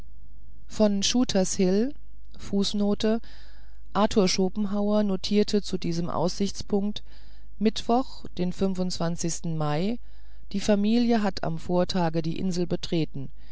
von shooter's hill fußnote arthur schopenhauer notierte zu diesem aussichtspunkt mittwoch den sten mai die familie hatte am vortage die insel betreten